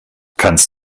kannst